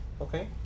Okay